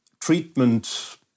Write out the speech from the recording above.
treatment